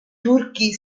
turchi